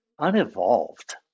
unevolved